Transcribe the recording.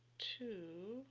to